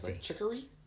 chicory